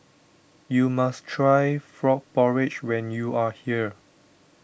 you must try Frog Porridge when you are here